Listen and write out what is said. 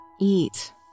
Eat